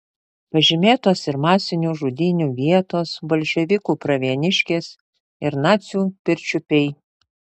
pažymėtos ir masinių žudynių vietos bolševikų pravieniškės ir nacių pirčiupiai